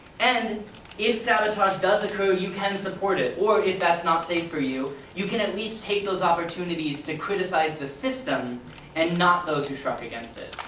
and if sabotage does occur, you can support it or, if that's not safe for you, you can at least take those opportunities to criticize the system and not those who struck against it.